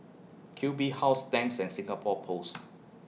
Q B House Tangs and Singapore Post